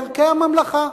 לערכי הממלכה,